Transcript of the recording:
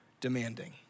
demanding